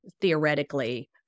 theoretically